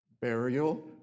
burial